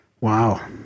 Wow